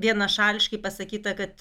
vienašališkai pasakyta kad